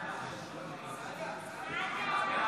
בעד גדעון סער, נגד מנסור עבאס,